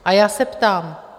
A já se ptám: